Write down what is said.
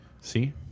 See